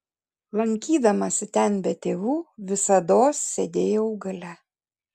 lankydamasi ten be tėvų visados sėdėjau gale